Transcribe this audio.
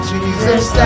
Jesus